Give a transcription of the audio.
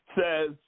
says